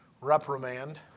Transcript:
reprimand